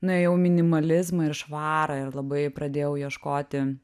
nuėjau į minimalizmą ir švarą ir labai pradėjau ieškoti